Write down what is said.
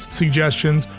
suggestions